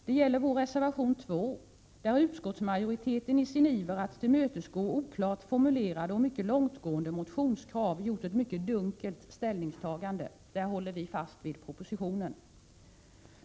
Det gäller vår reservation 2, där utskottsmajoriteten i sin iver att tillmötesgå oklart formulerade och mycket långtgående motionskrav har gjort ett mycket dunkelt ställningstagande. Där håller vi fast vid propositionen.